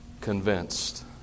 convinced